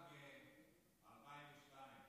מ-2002,